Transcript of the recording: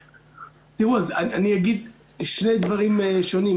תראו, אני אגיד שני דברים שונים.